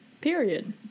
period